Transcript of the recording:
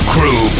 Crew